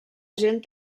gent